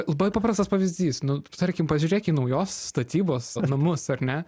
labai paprastas pavyzdys nu tarkim pažiūrėk į naujos statybos namus ar ne